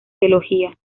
teología